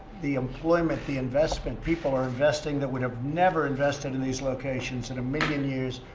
the employment, the investment people are investing that would have never invested in these locations in a million years,